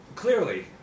Clearly